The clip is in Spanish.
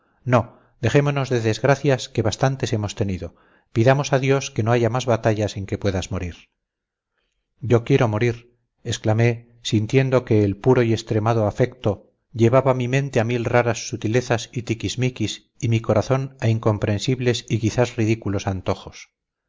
no dejémonos de desgracias que bastantes hemos tenido pidamos a dios que no haya más batallas en que puedas morir yo quiero morir exclamé sintiendo que el puro y extremado afecto llevaba mi mente a mil raras sutilezas y tiquis miquis y mi corazón a incomprensibles y quizás ridículos antojos